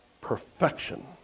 perfection